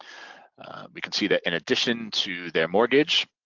we can see that in addition to their mortgage